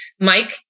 Mike